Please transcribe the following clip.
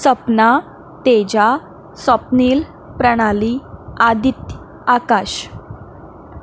Sapna Teja Sapnil Pranali Aditya Akash